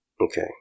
Okay